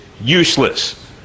useless